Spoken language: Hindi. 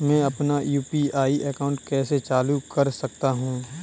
मैं अपना यू.पी.आई अकाउंट कैसे चालू कर सकता हूँ?